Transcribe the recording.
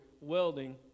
welding